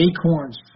acorns